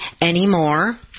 anymore